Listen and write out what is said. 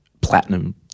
platinum